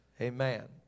Amen